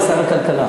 זה שר הכלכלה.